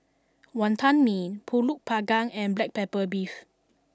Wonton Mee Pulut Panggang and Black Pepper Beef